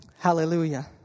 Hallelujah